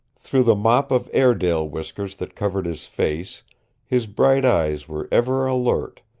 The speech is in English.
through the mop of airedale whiskers that covered his face his bright eyes were ever alert,